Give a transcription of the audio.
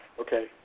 Okay